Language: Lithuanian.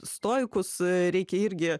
stoikus reikia irgi